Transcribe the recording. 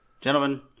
gentlemen